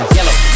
Yellow